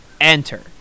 enter